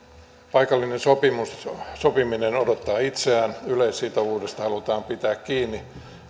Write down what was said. paikallinen sopiminen odottaa itseään yleissitovuudesta halutaan pitää kiinni